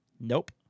Nope